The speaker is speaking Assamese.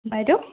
বাইদেউ